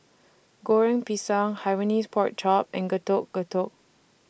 Goreng Pisang Hainanese Pork Chop and Getuk Getuk